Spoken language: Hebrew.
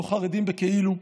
לא חרדים בכאילו,